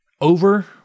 over